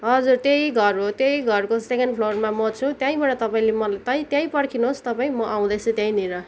हजुर त्यही घर हो त्यही घरको सेकेन्ड फ्लोरमा म छु त्यहीँबाट तपाईँले मलाई त्यहीँ त्यहीँ पर्खिनुहोस् तपाईँ म आउँदैछु त्यहीँनिर